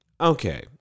okay